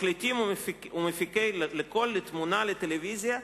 מקליטים ומפיקים לקול, לתמונה, לטלוויזיה,